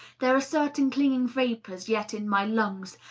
there are certain clinging vapors yet in my lungs,